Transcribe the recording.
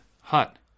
hut